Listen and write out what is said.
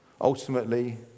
Ultimately